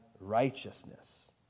righteousness